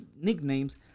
nicknames